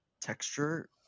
texture